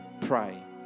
pray